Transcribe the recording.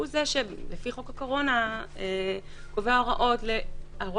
הוא זה שלפי חוק הקורונה קובע את ההוראות